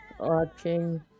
watching